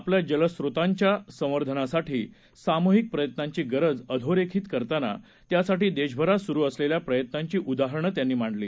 आपल्या जलस्त्रोतांच्या संवर्धनासाठी सामुहिक प्रयत्नांची गरज अधोरेखित करताना यासाठी देशभरात सुरु असलेल्या प्रयत्नांची उदाहरणं त्यांनी मांडली